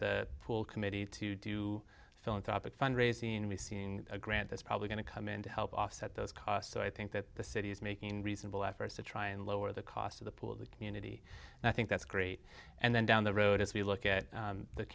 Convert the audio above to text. the pool committee to do philanthropic fundraising and we've seen a grant that's probably going to come in to help offset those costs so i think that the city is making reasonable efforts to try and lower the cost of the pool the community and i think that's great and then down the road as we look at